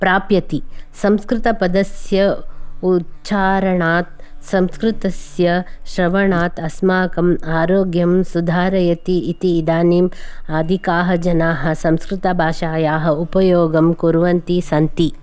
प्राप्यति संस्कृतपदस्य उच्चारणात् संस्कृतस्य श्रवणात् अस्माकम् आरोग्यं सुधारयति इति इदानीम् अधिकाः जनाः संस्कृतभाषायाः उपयोगं कुर्वन्तः सन्ति